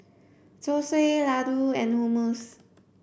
Zosui Ladoo and Hummus